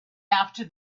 after